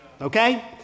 okay